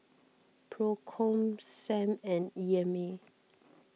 Procom Sam and E M A